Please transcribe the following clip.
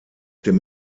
dem